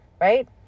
right